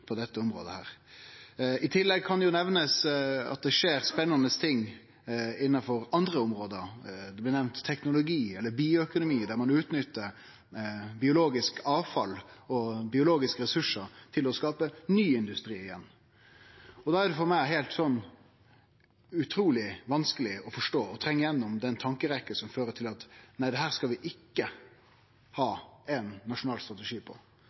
på dette området. I tillegg kan nemnast at det skjer spennande ting også innanfor andre område. Det blei nemnt teknologi, eller bioøkonomi, der ein utnyttar biologisk avfall og biologiske ressursar til å skape ny industri. Da er det for meg heilt utruleg vanskeleg å forstå, å trengje gjennom den tankerekka som fører til at nei, dette skal vi ikkje ha ein nasjonal strategi